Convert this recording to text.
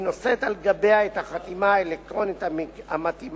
והיא נושאת על גביה את החתימה האלקטרונית המתאימה.